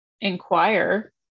inquire